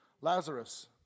Lazarus